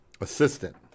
assistant